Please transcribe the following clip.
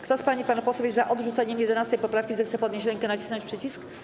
Kto z pań i panów posłów jest za odrzuceniem 11. poprawki, zechce podnieść rękę i nacisnąć przycisk.